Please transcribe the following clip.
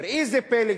וראי איזה פלא,